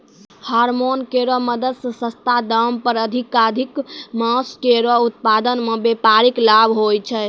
hormone केरो मदद सें सस्ता दाम पर अधिकाधिक मांस केरो उत्पादन सें व्यापारिक लाभ होय छै